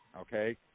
Okay